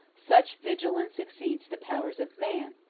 such vigilance exceeds the powers of man.